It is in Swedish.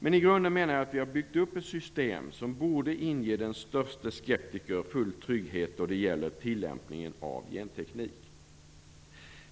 Men i grunden menar jag att vi har byggt upp ett system som borde inge den störste skeptiker full trygghet då det gäller tillämpningen av genteknik.